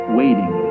waiting